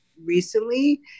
recently